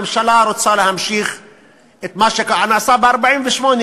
הממשלה רוצה להמשיך את מה שנעשה ב-1948,